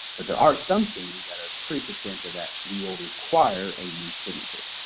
but there are some changes that are pretty substantial that we will require a new signature.